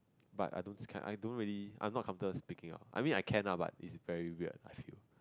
but I don't I don't really I am not comfortable speaking out I mean I can lah but it's very weird I feel